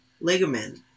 ligament